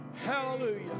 Hallelujah